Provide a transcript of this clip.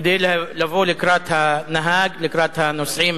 כדי לבוא לקראת הנהג, לקראת הנוסעים